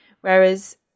whereas